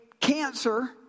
cancer